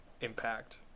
impact